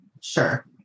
Sure